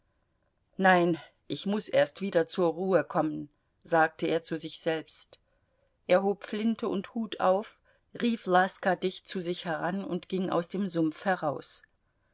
nein ich muß erst wieder zur ruhe kommen sagte er zu sich selbst er hob flinte und hut auf rief laska dicht zu sich heran und ging aus dem sumpf heraus